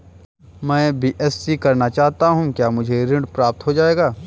मैं बीएससी करना चाहता हूँ क्या मुझे ऋण प्राप्त हो जाएगा?